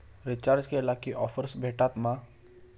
Recharge केला की offers भेटात मा?